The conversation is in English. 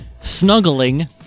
snuggling